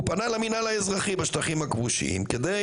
שפנה למנהל האזרחי בשטחים הכבושים כדי